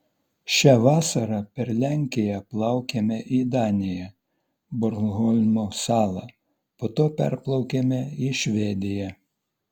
šią vasarą per lenkiją plaukėme į daniją bornholmo salą po to perplaukėme į švediją